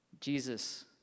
Jesus